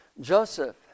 Joseph